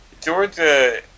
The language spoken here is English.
Georgia